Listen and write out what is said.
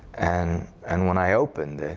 and and when i opened